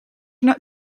not